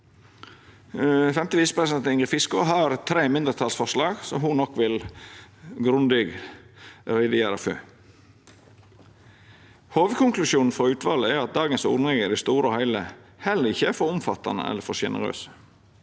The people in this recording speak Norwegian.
Femte visepresident Ingrid Fiskaa har tre mindretalsforslag, som ho nok vil gjera grundig greie for. Hovudkonklusjonen frå utvalet er at dagens ordningar i det store og heile heller ikkje er for omfattande eller for sjenerøse.